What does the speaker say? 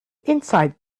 inside